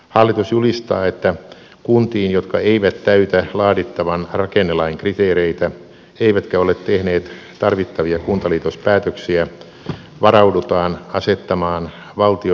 hallitus julistaa että kuntiin jotka eivät täytä laadittavan rakennelain kriteereitä eivätkä ole tehneet tarvittavia kuntaliitospäätöksiä varaudutaan asettamaan valtion erityisselvittäjät